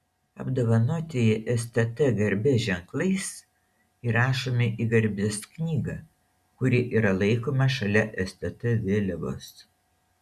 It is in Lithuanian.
apdovanotieji stt garbės ženklais įrašomi į garbės knygą kuri yra laikoma šalia stt vėliavos